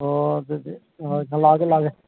ꯑꯣ ꯑꯗꯨꯗꯤ ꯂꯥꯛꯑꯒꯦ ꯂꯥꯛꯑꯒꯦ